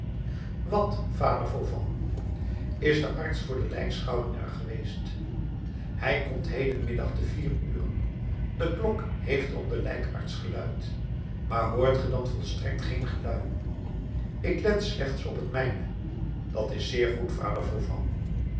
wat vader fauvent is de arts voor de lijkschouwing er geweest hij komt heden middag te vier uren de klok heeft om den lijkarts geluid maar hoort ge dan volstrekt geen gelui ik let slechts op het mijne dat is zeer goed vader